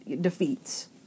defeats